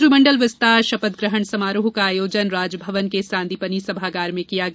मंत्रिमंडल विस्तार शपथ ग्रहण समारोह का आयोजन राजभवन के सांदीपनि सभागार में किया गया